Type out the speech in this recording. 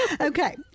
Okay